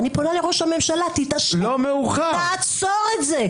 אני פונה לראש הממשלה: תתעשת, תעצור את זה.